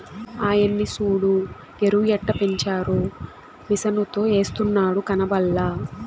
ఆయన్ని సూడు ఎరుయెట్టపెంచారో మిసనుతో ఎస్తున్నాడు కనబల్లా